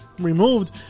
removed